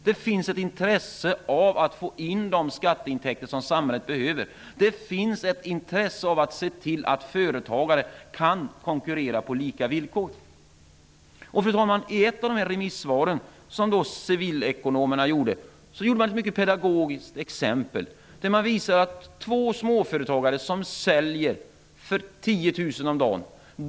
Det finns ett intresse av att få in de skatteintäkter som samhället behöver och av att se till att företagare kan konkurrera på lika villkor. Fru talman! I ett av remissvaren från civilekonomerna tog man ett mycket pedagogiskt exempel, med två småföretagare som säljer för 10 000 kr om dagen.